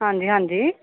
ਹਾਂਜੀ ਹਾਂਜੀ